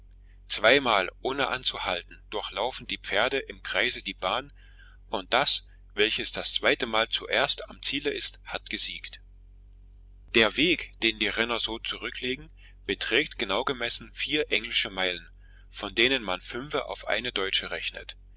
zweimal ohne anzuhalten durchlaufen die pferde im kreise die bahn und das welches das zweite mal zuerst am ziele ist hat gesiegt der weg den die renner so zurücklegen beträgt genau gemessen vier englische meilen von denen man fünfe auf eine deutsche rechnet